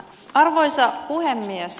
arvoisa puhemies